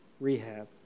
rehab